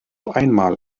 einmal